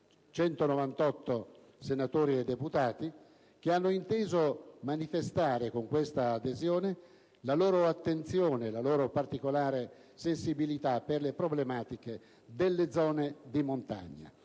198 senatori e deputati che hanno inteso manifestare con questa adesione la loro attenzione, la loro particolare sensibilità per le problematiche delle zone di montagna,